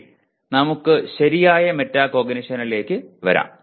ശരി നമുക്ക് ശരിയായ മെറ്റാകോഗ്നിഷനിലേക്ക് വരാം